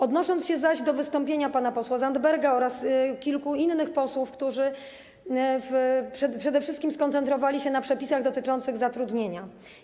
Odniosę się do wystąpienia pana posła Zandberga oraz kilku innych posłów, którzy przede wszystkim skoncentrowali się na przepisach dotyczących zatrudnienia.